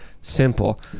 simple